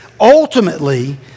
ultimately